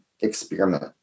experiment